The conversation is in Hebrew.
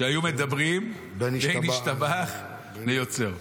שהיו מדברים בין "ישתבח" ל"יוצר",